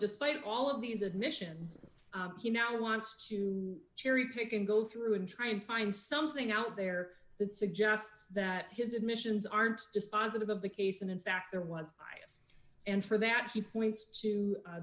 despite all of these admissions he now wants to cherry pick and go through and try and find something out there that suggests that his admissions aren't dispositive of the case and in fact there was ice and for that he points to